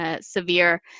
severe